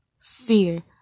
Fear